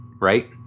right